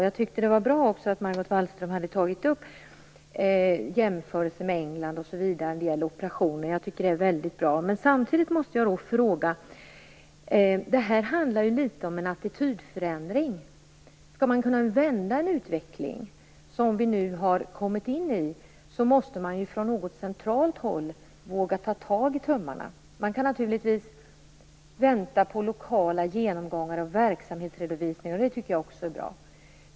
Jag tyckte det var bra att Margot Wallström tog upp jämförelser med England osv. när det gäller operationer. Det är väldigt bra. Samtidigt undrar jag: Det här handlar ju litet om en attitydförändring. Skall man kunna vända den utveckling vi nu har kommit in i måste man från något centralt håll våga ta tag i tömmarna. Man kan naturligtvis vänta på lokala genomgångar av verksamhetsredovisning; det tycker jag också är bra.